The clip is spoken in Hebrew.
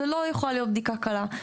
זה לא יכולה להיות בדיקה קלה.